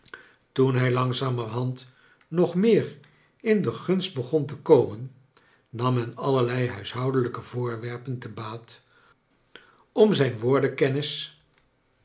toen hij langzamerhand nog meer in de gunst beg on te komen nam men allerlei huishoudeiijke voorwerpen te baat om zijn